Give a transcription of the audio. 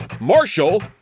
Marshall